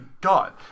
god